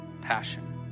passion